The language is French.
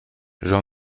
jean